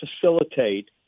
facilitate